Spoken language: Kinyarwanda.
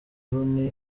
rooney